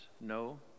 no